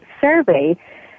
survey